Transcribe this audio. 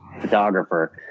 photographer